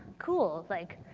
cool. like,